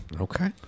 Okay